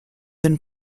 been